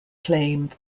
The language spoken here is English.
claimed